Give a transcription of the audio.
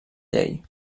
llei